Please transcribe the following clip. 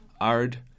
Ard